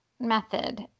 method